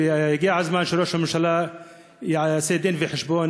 והגיע הזמן שראש הממשלה יעשה דין-וחשבון